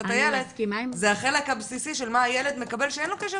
זה מה הילד מקבל שאין לו קשר